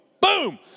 Boom